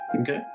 Okay